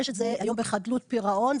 יש את זה היום בחדלות פירעון,